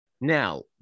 Now